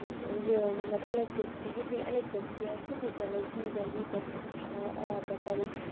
یہِ مطلب اَلیکٹرسِٹی یِتھُے اَلیکٹرسِٹی آسہِ تِتُھے چَلہِ اَسہِ گیٖزَر ویٖزَر أسۍ وٕشناوو آب بیٚیہِ کَرو